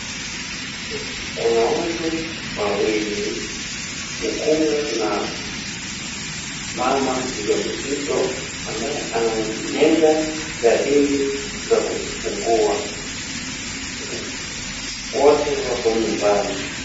Kuna watu wawili, mkunga na mama mjamzito ambaye anaonyesha dalili za kujifungua. Wote wapo nyumbani.